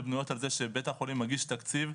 בנויות על זה שבית החולים מגיש תקציב,